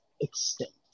extinct